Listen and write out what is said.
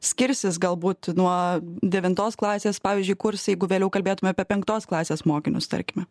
skirsis galbūt nuo devintos klasės pavyzdžiui kursai jeigu vėliau kalbėtume apie penktos klasės mokinius tarkime